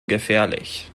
gefährlich